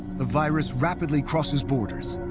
the virus rapidly crosses borders,